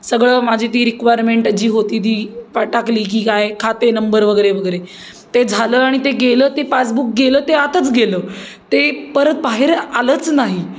सगळं माझी ती रिक्वायरमेंट जी होती ती टाकली की काय खाते नंबर वगैरे वगैरे ते झालं आणि ते गेलं ते पासबुक गेलं ते आतच गेलं ते परत बाहेर आलंच नाही